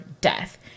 death